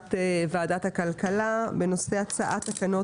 ישיבת ועדת הכלכלה בנושא הצעת תקנות